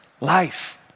life